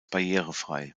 barrierefrei